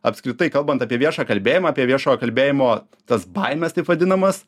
apskritai kalbant apie viešą kalbėjimą apie viešojo kalbėjimo tas baimes taip vadinamas